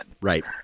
Right